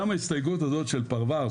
גם ההסתייגות הזאת של פרבר,